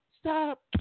Stop